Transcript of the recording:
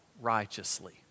righteously